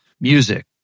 music